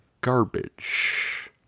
Garbage